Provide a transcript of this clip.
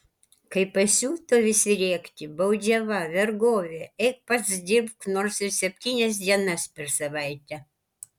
kai pasiuto visi rėkti baudžiava vergovė eik pats dirbk nors ir septynias dienas per savaitę